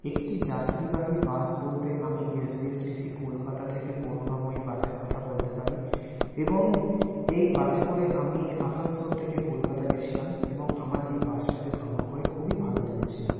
একটি যাত্রীবাহী বাস বলতে আমি S B S T C Kolkata থেকে করুনাময়ী বাসের কথা বলতে পারি এবং এই বাসে করে আমি আসানসোল থেকে কলকাতা গেছিলাম এবং আমার এই বাসটাতে ভ্রমণ করে খুবই ভালো লেগেছিলো